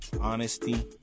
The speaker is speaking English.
Honesty